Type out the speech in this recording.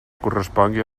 correspongui